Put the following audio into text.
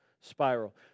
spiral